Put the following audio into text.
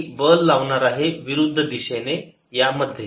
मी बल लावणार आहे विरुद्ध दिशेने मध्ये